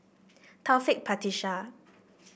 Taufik Batisah